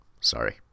sorry